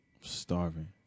starving